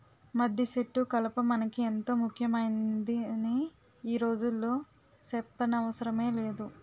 మద్దిసెట్టు కలప మనకి ఎంతో ముక్యమైందని ఈ రోజుల్లో సెప్పనవసరమే లేదు